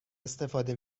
استفاده